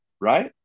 right